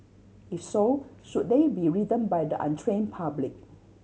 if so should they be ridden by the untrained public